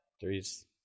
three's